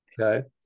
Okay